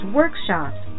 workshops